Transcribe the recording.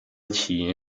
起因